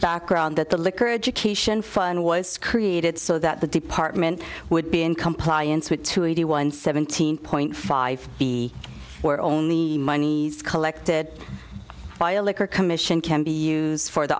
background that the liquor education fund why created so that the department would be in compliance with two eighty one seventeen point five b where only monies collected by a liquor commission can be used for the